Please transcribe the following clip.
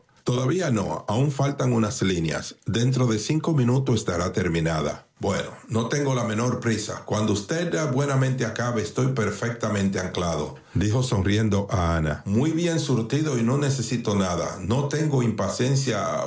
todavía no aun faltan unas líneas dentro de cinco minutos estará terminada no tengo la menor prisa cuando usted buenamente acabe estoy perfectamente ancladodijo sonriendo a ana muy bien surtido y no necesito nada no tengo impaciencia